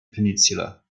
peninsula